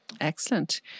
Excellent